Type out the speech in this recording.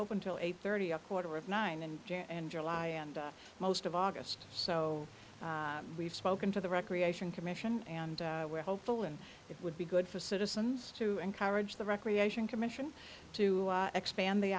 open till eight thirty a quarter of nine and jan and july and most of august so we've spoken to the recreation commission and we're hopeful and it would be good for citizens to encourage the recreation commission to expand the